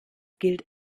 gilt